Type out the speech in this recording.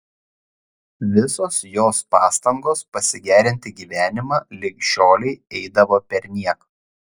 visos jos pastangos pasigerinti gyvenimą lig šiolei eidavo perniek